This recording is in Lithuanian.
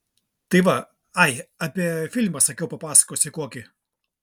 tai va ai apie filmą sakiau papasakosiu kokį